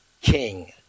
king